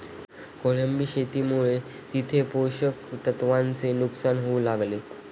कोळंबी शेतीमुळे तिथे पोषक तत्वांचे नुकसान होऊ लागले